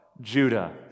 Judah